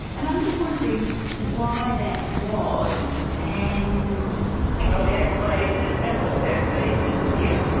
and i'm just wondering why that was? and and well the explanation is simple. the explanation is fear.